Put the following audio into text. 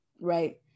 right